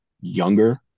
younger